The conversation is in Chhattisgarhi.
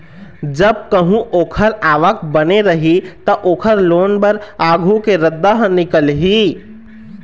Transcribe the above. जब कहूँ ओखर आवक बने रही त, ओखर लोन बर आघु के रद्दा ह निकलही